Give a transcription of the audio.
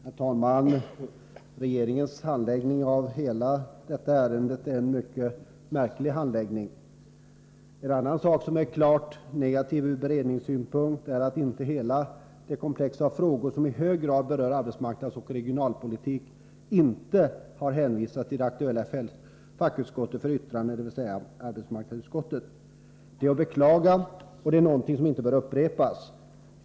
Fru talman! Regeringens handläggning av hela detta ärende är mycket märklig. En annan sak som är klart negativ ur beredningssynpunkt är att inte hela detta komplex av frågor som i hög grad berör arbetsmarknadsoch regionalpolitik hänvisats till det aktuella fackutskottet för yttrande, dvs. arbetsmarknadsutskottet. Det är att beklaga, och det är någonting som inte bör upprepas.